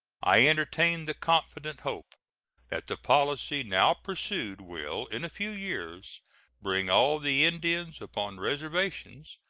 i entertain the confident hope that the policy now pursued will in a few years bring all the indians upon reservations,